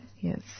Yes